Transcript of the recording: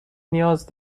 نیاز